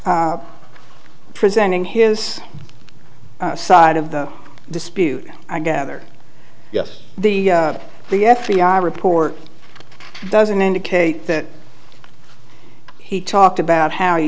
presenting his side of the dispute i gather yes the the f b i report doesn't indicate that he talked about how he